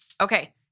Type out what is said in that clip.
Okay